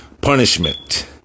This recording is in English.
punishment